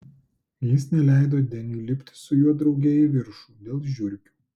jis neleido deniui lipti su juo drauge į viršų dėl žiurkių